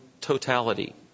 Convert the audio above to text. totality